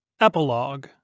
Epilogue